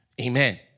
Amen